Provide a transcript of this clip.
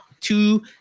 two